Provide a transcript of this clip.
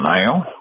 now